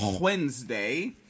Wednesday